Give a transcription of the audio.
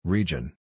Region